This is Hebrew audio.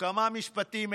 כמה משפטים אליך.